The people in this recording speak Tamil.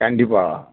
கண்டிப்பாக